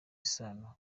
isano